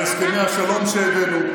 על הסכמי השלום שהבאנו,